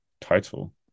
title